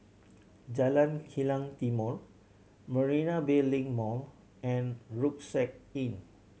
Jalan Kilang Timor Marina Bay Link Mall and Rucksack Inn